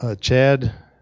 Chad